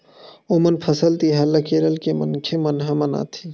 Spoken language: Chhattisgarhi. ओनम फसल तिहार ल केरल के मनखे मन ह मनाथे